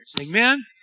Amen